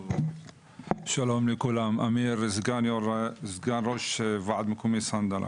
שלום לכולם, אני סגן ראש ועד מקומי צנדלה.